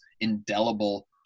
indelible